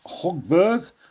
Hogberg